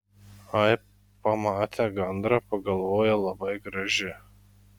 ai pamate gandrą pagalvoja labai graži